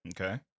Okay